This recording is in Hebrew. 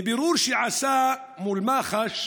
מבירור שעשה מול מח"ש